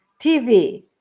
TV